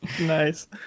Nice